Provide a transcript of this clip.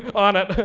on it.